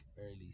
early